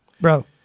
Bro